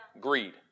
greed